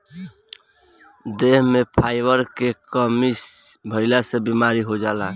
देह में फाइबर के कमी भइला से बीमारी हो जाला